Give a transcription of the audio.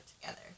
together